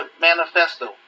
manifesto